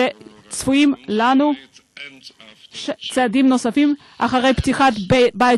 שצפויים לנו צעדים נוספים אחרי פתיחת בית